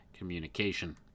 communication